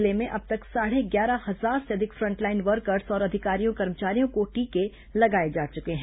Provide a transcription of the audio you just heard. जिले में अब तक साढ़े ग्यारह हजार से अधिक फ़ंटलाइन वर्कर्स और अधिकारियों कर्मचारियों को टीके लगाए जा चुके हैं